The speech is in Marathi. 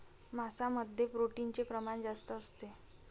मांसामध्ये प्रोटीनचे प्रमाण जास्त असते